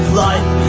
life